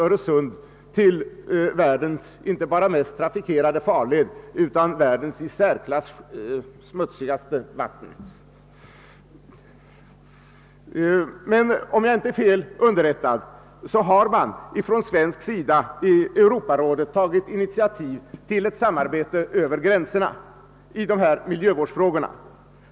Öresund är inte bara världens mest trafikerade farled utan har härigenom också blivit världens i särklass smutsigaste vatten. Om jag inte är fel underrättad har man från svensk sida i Europarådet tagit initiativ till ett samarbete över gränserna i dessa miljövårdsfrågor.